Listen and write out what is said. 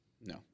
No